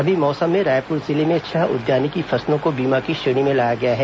रबी मौसम में रायपुर जिले में छह उद्यानिकी फसलों को बीमा की श्रेणी में लाया गया है